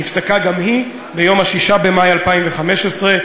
נפסקה גם היא ב-6 במאי 2015,